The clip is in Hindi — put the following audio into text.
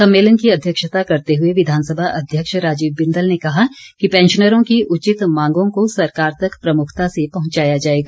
सम्मेलन की अध्यक्षता करते हुए विधानसभा अध्यक्ष राजीव बिंदल ने कहा कि पैंशनरों की उचित मांगों को सरकार तक प्रमुखता से पहुंचाया जाएगा